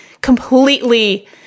completely